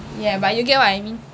yeah but you get what I mean